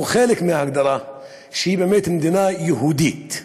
חלק מההגדרה שהיא באמת מדינה יהודית,